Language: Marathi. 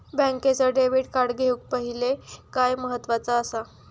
बँकेचा डेबिट कार्ड घेउक पाहिले काय महत्वाचा असा?